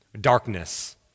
darkness